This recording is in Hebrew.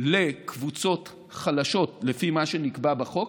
לקבוצות חלשות לפי מה שנקבע בחוק,